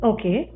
Okay